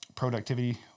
productivity